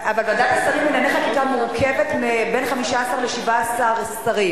אבל את ועדת השרים לענייני חקיקה מרכיבים בין 15 ל-17 שרים.